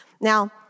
Now